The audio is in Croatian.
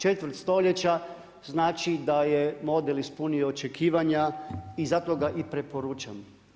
Četvrt stoljeća, znači da je model ispunio očekivanja i zato ga i preporučam.